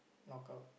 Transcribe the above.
knock out